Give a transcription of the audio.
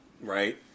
right